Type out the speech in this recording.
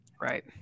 Right